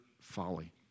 folly